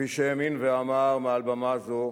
כפי שהאמין ואמר מעל במה זו